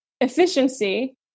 Efficiency